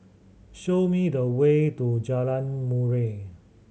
show me the way to Jalan Murai